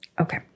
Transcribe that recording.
Okay